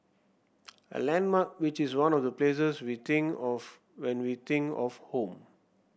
a landmark which is one of the places we think of when we think of home